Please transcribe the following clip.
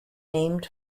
named